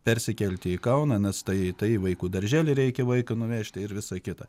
persikelti į kauną nes tai tai į vaikų darželį reikia vaiką nuvežti ir visa kita